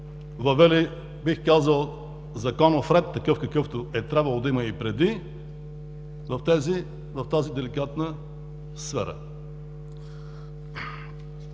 казал, сме въвели законов ред – такъв, какъвто е трябвало да има и преди в тази деликатна сфера.